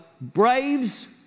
Braves